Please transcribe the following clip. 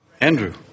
andrew